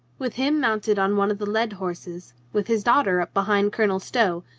with him mounted on one of the led horses, with his daughter up behind colonel stow,